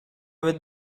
mette